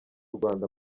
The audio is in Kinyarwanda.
rwanda